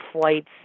flights